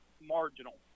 marginal